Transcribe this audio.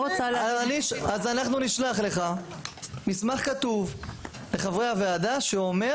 אז אנחנו נשלח לך מסמך כתוב לחברי הוועדה שאומר